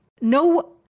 no